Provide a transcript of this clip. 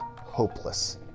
hopeless